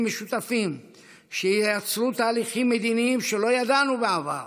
משותפים שייצרו תהליכים מדיניים שלא ידענו בעבר.